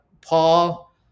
Paul